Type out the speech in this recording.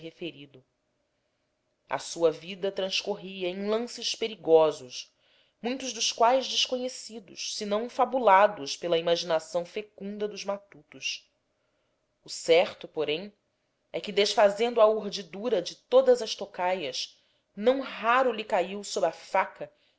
a sua vida transcorria em lances perigosos muitos dos quais desconhecidos senão fabulados pela imaginação fecunda dos matutos o certo porém é que desfazendo a urdidura de todas as tocaias não raro lhe caiu sob a faca